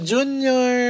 Junior